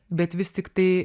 bet vis tiktai